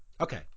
Okay